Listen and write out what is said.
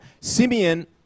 Simeon